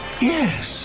Yes